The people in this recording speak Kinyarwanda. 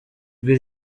ijwi